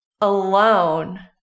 alone